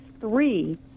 three